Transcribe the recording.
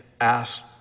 asked